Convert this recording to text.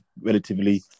relatively